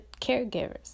caregivers